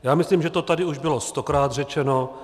Já myslím, že už to tady bylo stokrát řečeno.